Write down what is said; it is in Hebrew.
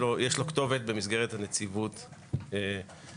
יש לו כתובת במסגרת נציבות הקבילות.